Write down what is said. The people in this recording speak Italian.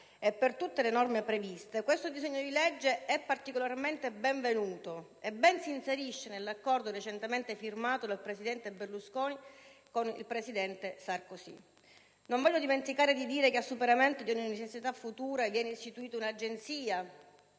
e per tutte le norme previste, il disegno di legge è particolarmente benvenuto e ben si inserisce nell'accordo recentemente firmato dal presidente Berlusconi con il presidente Sarkozy. Non voglio dimenticare di dire che, a superamento di ogni necessità futura, viene istituita un'Agenzia